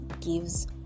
gives